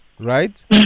Right